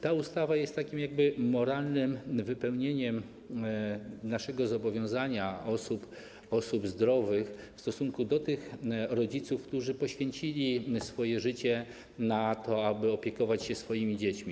Ta ustawa jest takim moralnym wypełnieniem naszego zobowiązania, osób zdrowych w stosunku do tych rodziców, którzy poświęcili życie, aby opiekować się swoimi dziećmi.